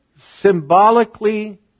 symbolically